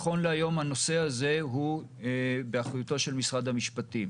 נכון להיום הנושא הזה הוא באחריותו של משרד המשפטים.